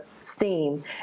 STEAM